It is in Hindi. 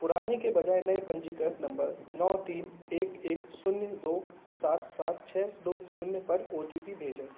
पुराने के बजाय नए पंजीकृत नम्बर नौ तीन एक एक शून्य दो सात सात छः दो शून्य पर ओ टी पी भेजें